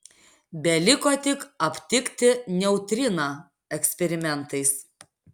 beliko tik aptikti neutriną eksperimentais